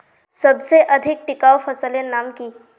सबसे अधिक टिकाऊ फसलेर नाम की?